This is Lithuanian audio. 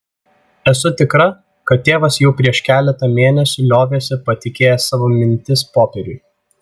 esu tikra kad tėvas jau prieš keletą mėnesių liovėsi patikėjęs savo mintis popieriui